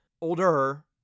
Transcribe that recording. older